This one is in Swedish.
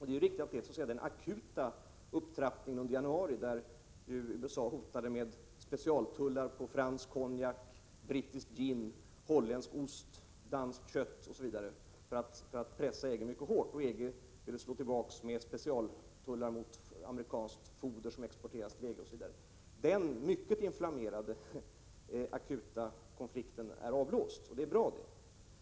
Det är riktigt att den mycket akuta upptrappningen och inflammerade konflikten under januari — då USA hotade med specialtullar på fransk konjak, brittisk gin, holländsk ost, danskt kött osv. för att pressa EG mycket hårt och där EG ville slå tillbaka med specialtullar på amerikanskt foder som exporteras till EG osv. — är avblåst, och det är bra.